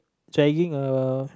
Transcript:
dragging a